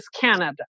Canada